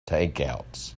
takeouts